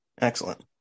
Excellent